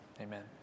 Amen